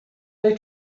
they